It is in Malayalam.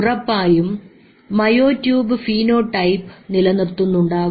ഉറപ്പായും മായോ ട്യൂബ്സ് ഫീനോടൈപ്പ് നിലനിർത്തുന്നുണ്ടാകും